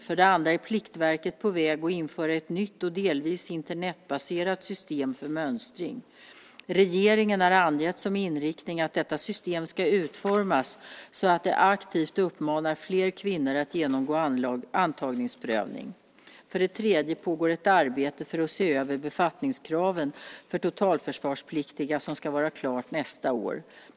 För det andra är Pliktverket på väg att införa ett nytt och delvis Internetbaserat system för mönstring. Regeringen har angett som inriktning att detta system ska utformas så att det aktivt uppmanar fler kvinnor att genomgå antagningsprövning. För det tredje pågår ett arbete för att se över befattningskraven för totalförsvarspliktiga som ska vara klart nästa år.